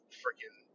freaking